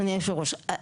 אדוני יושב הראש,